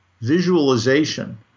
visualization